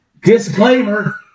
disclaimer